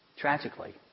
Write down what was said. tragically